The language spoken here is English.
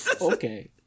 Okay